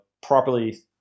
properly